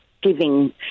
giving